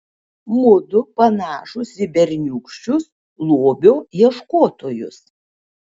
mudu panašūs į berniūkščius lobio ieškotojus